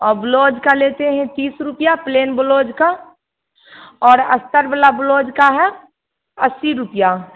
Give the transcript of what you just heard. और ब्लोज कर लेते हैं तीस रुपया प्लेन ब्लोज का और स्तर वाला ब्लोज का है अस्सी रुपया